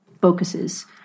focuses